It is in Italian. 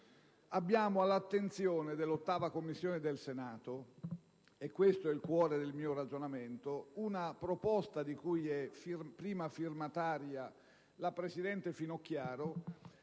Abbiamo all'attenzione dell'8a Commissione del Senato - è questo il cuore del mio ragionamento - una proposta di cui è prima firmataria la presidente Finocchiaro,